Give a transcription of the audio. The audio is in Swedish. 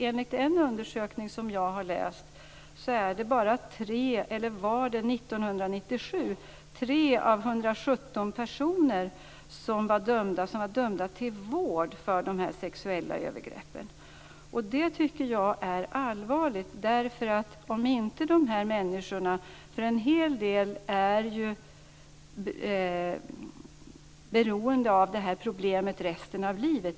Enligt en undersökning som jag har läst var det 1997 bara 3 av 117 personer som var dömda till vård för sexuella övergrepp. Det tycker jag är allvarligt. En hel del av dessa människor är ju beroende av detta problem resten av livet.